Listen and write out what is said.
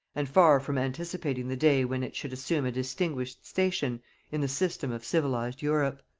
and far from anticipating the day when it should assume a distinguished station in the system of civilized europe.